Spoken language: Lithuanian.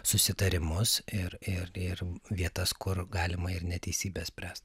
susitarimus ir ir ir vietas kur galima ir neteisybę spręst